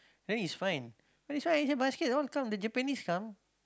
then is fine but is fine right basket want come the Japanese come